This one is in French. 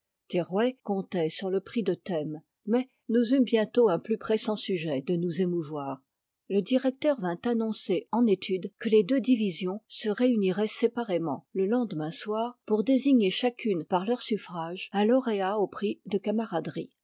comptait sur le prix de thème mais nous eûmes bientôt un plus pressant sujet de nous émouvoir le directeur vint annoncer en étude que les deux divisions se réuniraient séparément le lendemain soir pour désigner chacune par leur suffrage un lauréat aux prix de camaraderie